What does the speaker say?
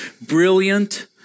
brilliant